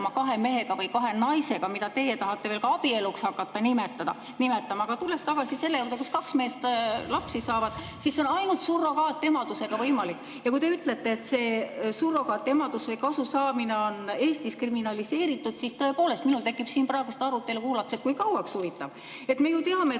kahe mehega või kahe naisega, mida teie tahate veel ka abieluks hakata nimetama. Aga tulles tagasi selle juurde, kas ka kaks meest lapsi saavad, siis see on ainult surrogaatemaduse abil võimalik. Ja kui te ütlete, et surrogaatemadus [ja sellest] kasu saamine on Eestis kriminaliseeritud, siis tõepoolest, minul tekib siin praegu seda arutelu kuulates küsimus, kui kauaks, huvitav. Me ju teame, et